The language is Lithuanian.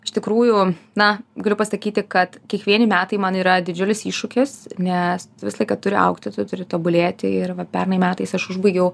iš tikrųjų na galiu pasakyti kad kiekvieni metai man yra didžiulis iššūkis nes visą laiką turi augti tu turi tobulėti ir va pernai metais aš užbaigiau